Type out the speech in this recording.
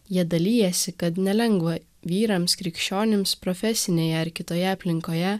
jie dalijasi kad nelengva vyrams krikščionims profesinėje ar kitoje aplinkoje